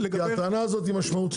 כי הטענה הזאת היא משמעותית.